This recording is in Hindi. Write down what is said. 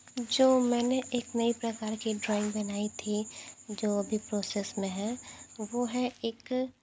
जो मैंने एक नए प्रकार की ड्राइंग बनाई थी जो अभी प्रोसेस में है वो है एक